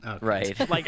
right